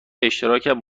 اشتراکم